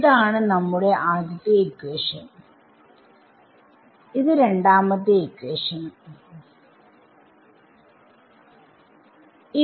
ആണ് നമ്മുടെ ആദ്യത്തെ ഇക്വേഷൻ രണ്ടാമത്തെ ഇക്വേഷനും